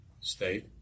state